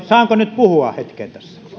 saanko nyt puhua hetken tässä